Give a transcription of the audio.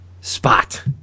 spot